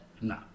No